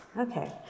Okay